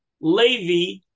Levi